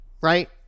right